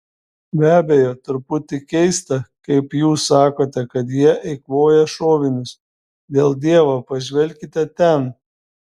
be abejo truputį keista kaip jūs sakote kad jie eikvoja šovinius dėl dievo pažvelkite ten